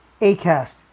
Acast